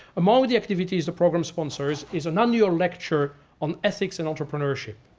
among the the activities the program sponsors is an annual lecture on ethics and entrepreneurship.